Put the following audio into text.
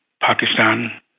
Pakistan